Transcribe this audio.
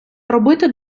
робити